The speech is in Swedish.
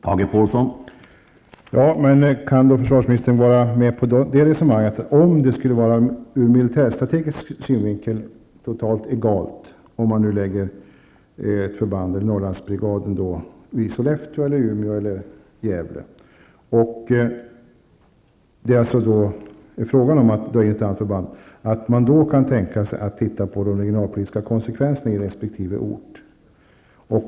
Herr talman! Kan försvarsministern vara med på följande resonemang? Om det ur militärstrategisk synvinkel är totalt egalt om man lägger Norrlandsbrigaden i Sollefteå, Umeå eller Gävle och om det alltså är fråga om att lägga ner att antal förband, kan man då tänka sig att titta på de regionalpolitiska konsekvenserna på resp. ort?